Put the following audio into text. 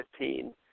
2015